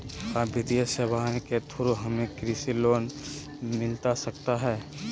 आ वित्तीय सेवाएं के थ्रू हमें कृषि लोन मिलता सकता है?